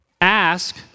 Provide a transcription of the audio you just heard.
ask